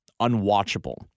unwatchable